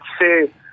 say